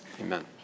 Amen